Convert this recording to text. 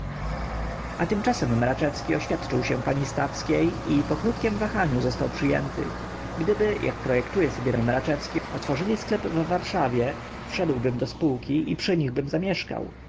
a tymczasem mraczewski oświadczył się pani stawskiej i po krótkiem wahaniu został przyjęty gdyby jak projektuje sobie mraczewski otworzyli sklep w warszawie wszedłbym do spółki i przy nich bym zamieszkał